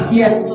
yes